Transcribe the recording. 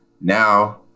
now